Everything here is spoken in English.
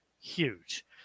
huge